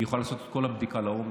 היא יכולה לעשות את כל הבדיקה לעומק.